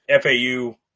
FAU